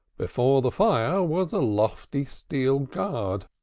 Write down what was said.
before the fire was a lofty steel guard,